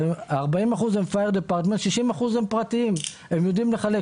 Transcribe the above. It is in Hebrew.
הם יודעים לחלק.